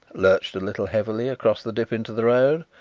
lurched a little heavily across the dip into the road,